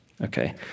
Okay